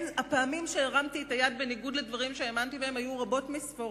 הפעמים שהרמתי את היד בניגוד לדברים שהאמנתי בהם היו רבות מספור,